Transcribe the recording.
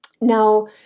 Now